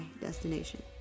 destination